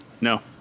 No